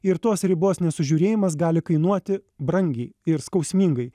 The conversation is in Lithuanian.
ir tos ribos nesužiūrėjimas gali kainuoti brangiai ir skausmingai